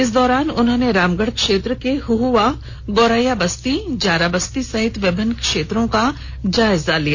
इस दौरान उन्होंने रामगढ़ क्षेत्र के हुहवा गोरैया बस्ती जारा बस्ती सहित विभिन्न क्षेत्रों का जायजा लिया